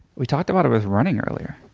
we talked about it with running earlier.